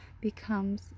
becomes